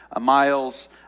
miles